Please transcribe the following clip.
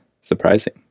surprising